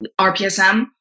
RPSM